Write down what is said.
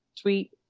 tweet